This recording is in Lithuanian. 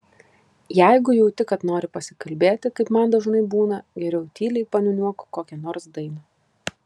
jeigu jauti kad nori pasikalbėti kaip man dažnai būna geriau tyliai paniūniuok kokią nors dainą